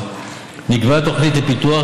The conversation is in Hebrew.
נוגעת,